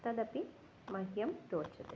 तदपि मह्यं रोचते